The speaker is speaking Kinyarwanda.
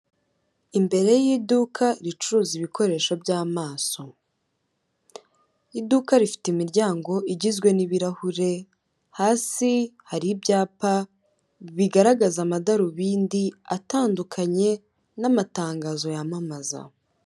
Imbere y'iduka ricuruza ibikoresho by'amaso, iduka rifite imiryango igizwe n'ibirahure hasi hari ibyapa bigaragaza amadarubindi atandukanye n'amatangazo yamamaza.